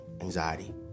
anxiety